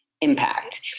impact